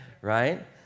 right